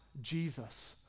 Jesus